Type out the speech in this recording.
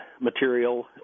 material